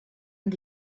and